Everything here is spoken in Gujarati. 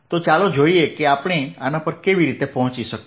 તો ચાલો જોઈએ કે આપણે આના પર કેવી રીતે પહોંચ્યા